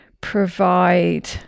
provide